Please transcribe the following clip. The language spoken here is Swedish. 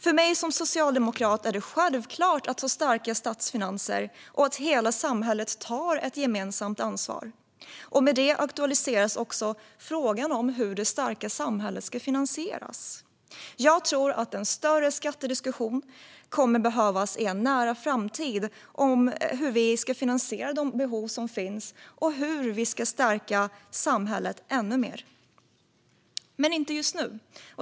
För mig som socialdemokrat är det självklart att vi ska ha starka statsfinanser och att hela samhället tar ett gemensamt ansvar. Med det aktualiseras också frågan om hur det starka samhället ska finansieras. Jag tror att en större skattediskussion kommer att behövas i en nära framtid om hur vi ska finansiera de behov som nu finns och hur vi ska stärka samhället ännu mer. Men inte just nu.